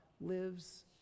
lives